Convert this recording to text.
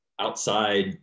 outside